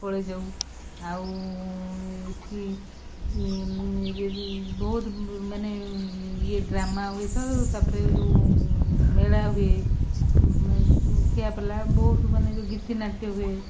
ପଳାଇ ଯାଉ ଆଉ ଏଇଠି ବହୁତ ମାନେ ଇଏ ଡ୍ରାମା ହୁଏ ତ ତା'ପରେ ଯେଉଁ ମେଳା ହୁଏ ଠିଆ ପାଲା ବହୁତ ମାନେ ଯେଉଁ ଗୀତି ନାଟ୍ୟ ହୁଏ